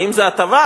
האם זו הטבה?